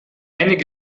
einige